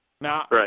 Now